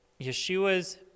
yeshua's